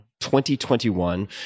2021